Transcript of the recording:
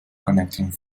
connecting